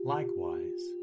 Likewise